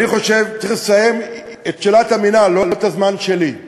צריך לסיים את שאלת המינהל, לא את הזמן שלי.